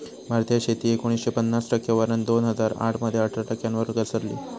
भारतीय शेती एकोणीसशे पन्नास टक्क्यांवरना दोन हजार आठ मध्ये अठरा टक्क्यांवर घसरली